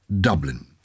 Dublin